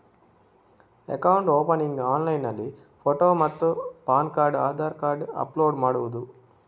Account opening ಆನ್ಲೈನ್ನಲ್ಲಿ photo ಮತ್ತು PAN card Aadhaar card upload ಮಾಡುವುದು?